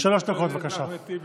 שלוש דקות, בבקשה.